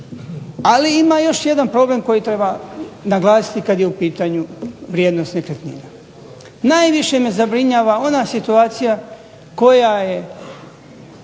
Ali ima još jedan problem koji treba naglasiti kada je u pitanju vrijednost nekretnina. Najviše me zabrinjava ona situacija koja je